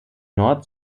nord